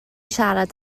siarad